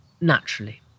naturally